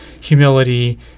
humility